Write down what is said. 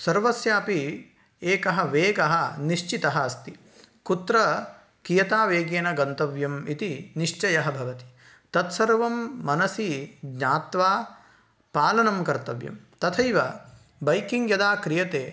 सर्वस्यापि एकः वेगः निश्चितः अस्ति कुत्र कियता वेगेन गन्तव्यम् इति निश्चयः भवति तत्सर्वं मनसि ज्ञात्वा पालनं कर्तव्यं तथैव बैकिङ्ग् यदा क्रियते